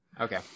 okay